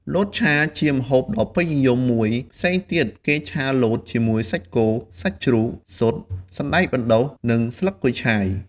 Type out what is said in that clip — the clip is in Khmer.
លតឆាជាម្ហូបដ៏ពេញនិយមមួយផ្សេងទៀតគេឆាលតជាមួយសាច់គោ ឬសាច់ជ្រូក ស៊ុត សណ្ដែកបណ្ដុះ និងស្លឹកគូឆាយ។